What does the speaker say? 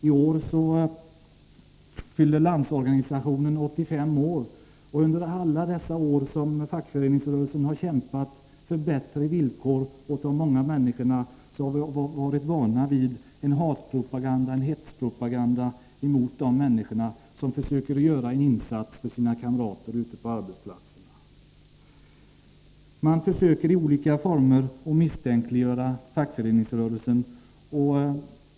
I år fyller Landsorganisationen 85 år, och under alla de år som fackföreningsrörelsen har kämpat för bättre villkor åt de många människorna har vi varit vana vid en hatoch hetspropaganda mot de människor som försöker göra en insats för sina kamrater ute på arbetsplatserna. Man försöker i olika former misstänkliggöra fackföreningsrörelsen.